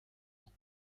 ans